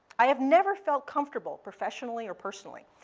i have never felt comfortable professionally or personally.